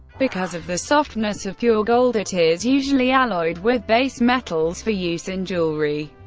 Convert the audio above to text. because of the softness of pure gold, it is usually alloyed with base metals for use in jewelry,